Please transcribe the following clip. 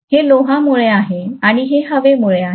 हे लोहामुळे आहे आणि हे हवेमुळे आहे